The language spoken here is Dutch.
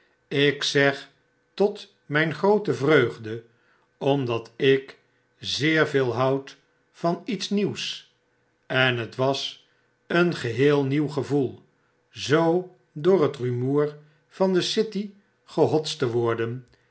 ik zeg tot myn groote vreugde omdat ik zeer veel houd van iets nieuws en het was een geheel nieuw gevoel zoo door het rumoer van de city gehotst te worden